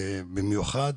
במיוחד